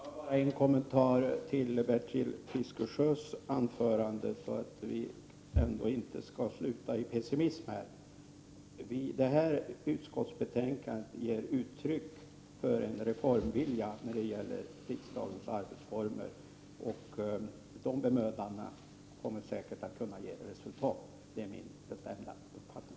Herr talman! Jag vill ge en kort kommentar till Bertil Fiskesjös anförande så att debatten här ändå inte skall sluta i pessimism. Detta utskottsbetänkande ger uttryck för en reformvilja när det gäller riksdagens arbete, och de bemödandena kommer säkert att kunna ge resultat. Det är min bestämda uppfattning.